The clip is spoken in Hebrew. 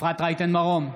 אפרת רייטן מרום,